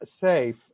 safe